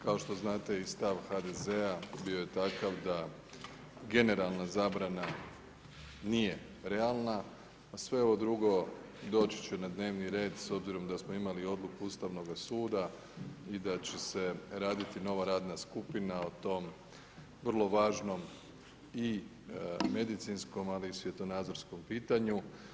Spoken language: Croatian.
Kao što znate i stav HDZ-a bio je takav da generalna zabrana nije realna a sve ovo drugo doći će na dnevni red s obzirom da smo imali odluku Ustavnoga suda i da će se raditi nova radna skupina o tom vrlo važnom i medicinskom ali i svjetonazorskom pitanju.